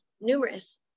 numerous